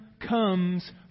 comes